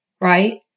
right